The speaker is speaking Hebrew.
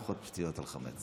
פחות שטויות על חמץ.